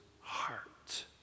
heart